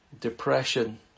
Depression